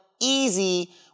easy